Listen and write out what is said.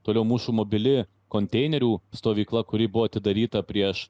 toliau mūšų mobili konteinerių stovykla kuri buvo atidaryta prieš